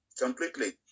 completely